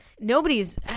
Nobody's